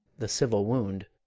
the civil wound.